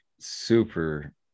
super